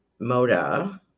Moda